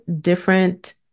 different